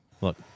Look